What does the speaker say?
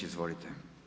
Izvolite.